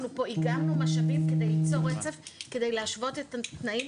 אנחנו השקענו משאבים כדי ליצור רצף ולהשוות את התנאים.